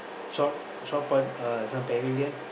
shore shore uh some pavilion